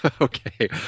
Okay